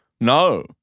No